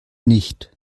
nicht